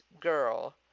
girl